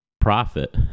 profit